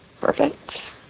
Perfect